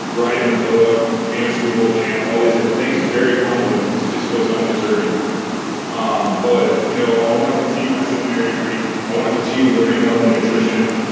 writing a book being a super bowl champ, all these different things. it's very humbling because it just feels undeserving um but you know i want to continue my seminary degree. i want to continue learning health and nutrition.